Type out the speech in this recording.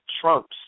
Trump's